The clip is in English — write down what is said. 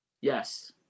Yes